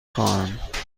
خواهم